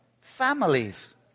families